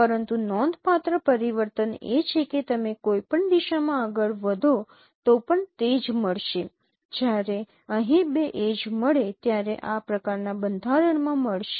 પરંતુ નોંધપાત્ર પરિવર્તન એ છે કે તમે કોઈપણ દિશામાં આગળ વધો તો પણ તે જ મળશે જ્યારે અહીં બે એડ્જ મળે ત્યારે આ પ્રકારના બંધારણમાં મળશે